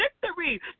victory